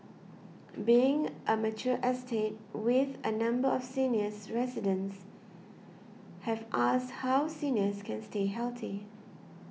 being a mature estate with a number of seniors residents have asked how seniors can stay healthy